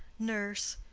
nurse.